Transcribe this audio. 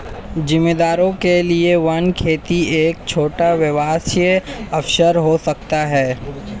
जमींदारों के लिए वन खेती एक छोटा व्यवसाय अवसर हो सकता है